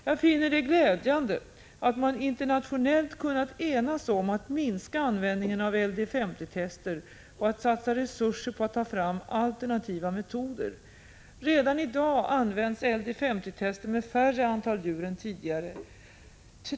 Jag finner det glädjande att man internationellt kunnat enas om att minska användningen av LD-50-tester och att satsa resurser på att ta fram alternativa metoder. Redan i dag används LD-50-tester med färre antal djur än tidigare.